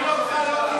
תשתה מים קרים.